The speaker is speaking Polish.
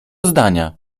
zdania